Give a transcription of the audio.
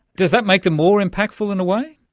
does that make them more impactful, in a way?